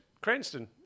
Cranston